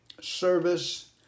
service